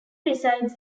resides